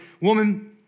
woman